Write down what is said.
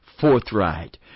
forthright